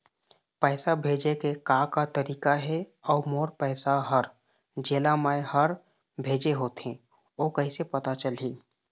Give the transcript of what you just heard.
पैसा भेजे के का का तरीका हे अऊ मोर पैसा हर जेला मैं हर भेजे होथे ओ कैसे पता चलही?